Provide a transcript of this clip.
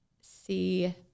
see